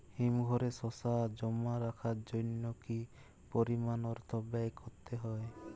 হিমঘরে শসা জমা রাখার জন্য কি পরিমাণ অর্থ ব্যয় করতে হয়?